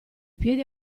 piedi